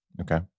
Okay